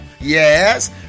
Yes